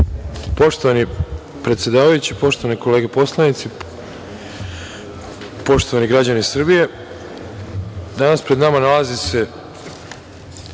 Poštovani predsedavajući, poštovane kolege narodni poslanici, poštovani građani Srbije, danas pred nama nalazi se